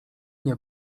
nie